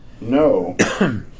No